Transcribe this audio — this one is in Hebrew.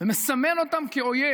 ומסמן אותם כאויב.